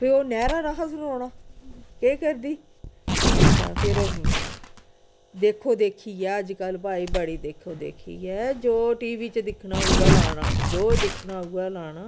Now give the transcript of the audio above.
ते ओह् नायरा निहा सनोना केह् करदी अच्छा फिर देखो देखी ऐ अज्जकल भाई बड़ी देखो देखी ऐ जो टी वी च दिक्खना उ'यै लाना जो दिक्खना उ'यै लाना